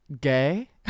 gay